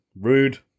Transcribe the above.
rude